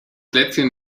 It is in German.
lätzchen